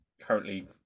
currently